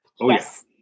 Yes